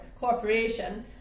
corporation